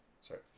Sorry